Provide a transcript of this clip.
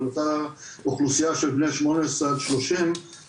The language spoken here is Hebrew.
על אותה אוכלוסייה של בני 18 עד 30,